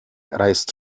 reißt